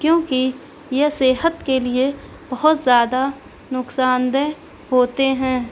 کیونکہ یہ صحت کے لیے بہت زیادہ نقصان دہ ہوتے ہیں